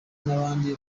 n’abandi